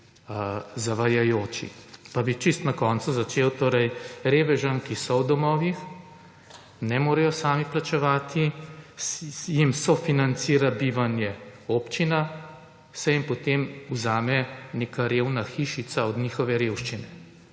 zavajajoči. Pa bi čisto na koncu začel. Torej, revežem, ki so v domovih, ne morejo sami plačevati jim sofinancira bivanje občina, se jim potem vzame neka revna hišica od njihove revščine.